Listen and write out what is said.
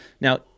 now